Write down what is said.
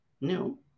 No